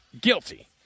guilty